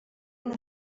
una